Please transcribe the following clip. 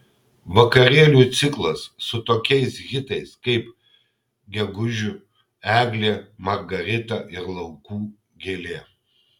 vakarėlių ciklas su tokiais hitais kaip gegužiu eglė margarita ir laukų gėlė